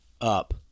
up